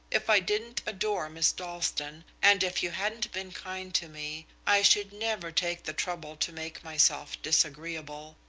if i didn't adore miss dalstan, and if you hadn't been kind to me, i should never take the trouble to make myself disagreeable.